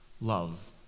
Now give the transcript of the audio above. love